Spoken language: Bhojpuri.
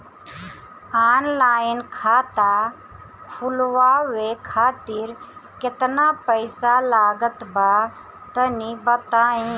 ऑनलाइन खाता खूलवावे खातिर केतना पईसा लागत बा तनि बताईं?